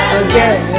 again